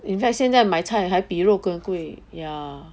in fact 现在买菜还比肉更贵 ya